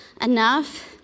enough